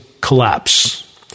collapse